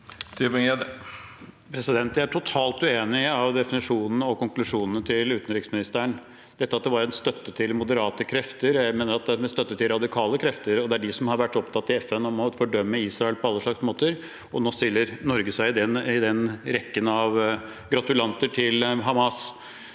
Jeg er totalt uenig i definisjonene og konklusjonene til utenriksministeren om at dette var en støtte til moderate krefter. Jeg mener det er en støtte til radikale krefter. Det er de som i FN har vært opptatt av å fordømme Israel på alle slags måter, og nå stiller Norge seg i den rekken av gratulanter til Hamas.